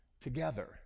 Together